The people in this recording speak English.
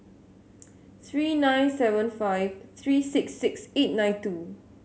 three nine seven five three six six eight nine two